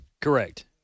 Correct